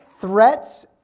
threats